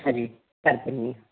ਅੱਛਾ ਜੀ ਕਰ ਦਿੰਦੇ ਹਾਂ